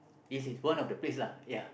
this is one of the place lah ya